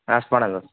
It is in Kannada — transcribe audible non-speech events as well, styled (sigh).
(unintelligible)